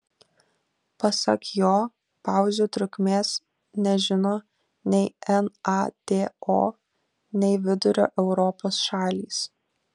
pasak jo pauzių trukmės nežino nei nato nei vidurio europos šalys